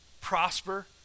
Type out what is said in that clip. prosper